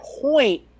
point